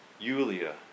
Yulia